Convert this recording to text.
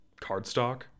cardstock